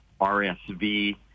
RSV